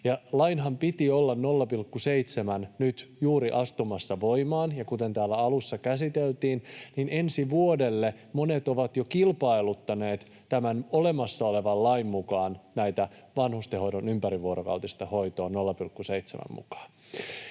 Lainhan piti olla 0,7, nyt juuri astumassa voimaan. Kuten täällä alussa käsiteltiin, ensi vuodelle monet ovat jo kilpailuttaneet tämän olemassa olevan lain mukaan vanhustenhoidon ympärivuorokautista hoitoa 0,7:n mukaan.